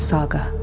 Saga